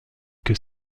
que